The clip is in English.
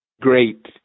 great